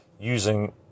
using